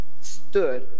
stood